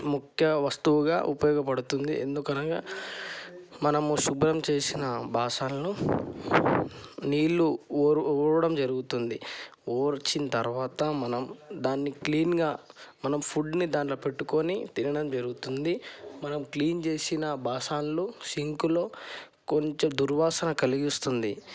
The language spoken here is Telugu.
ముఖ్య వస్తువుగా ఉపయోగపడుతుంది ఎందుకనగా మనము శుభ్రం చేసిన బాసన్లు నీళ్ళు ఓర్వడం జరుగుతుంది ఓర్చిన తర్వాత మనం దాన్ని క్లీన్గా మనం ఫుడ్ని దానిలో పెట్టుకొని తినడం జరుగుతుంది మనం క్లీన్ చేసిన బాసన్లు సింకులో కొంచెం దుర్వాసన కలిగిస్తుంది